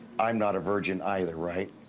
i'm not a virgin either right?